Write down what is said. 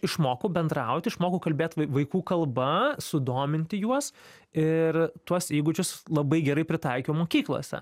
išmokau bendraut išmokau kalbėt vai vaikų kalba sudominti juos ir tuos įgūdžius labai gerai pritaikiau mokyklose